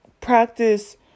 practice